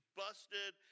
busted